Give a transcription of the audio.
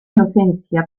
inocencia